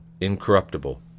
incorruptible